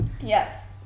Yes